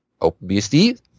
OpenBSD